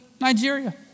Nigeria